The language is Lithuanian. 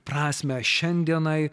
prasmę šiandienai